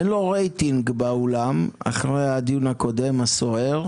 אין לו רייטינג באולם אחרי הדיון הסוער הקודם.